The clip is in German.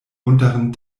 unteren